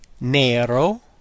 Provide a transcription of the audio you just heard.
nero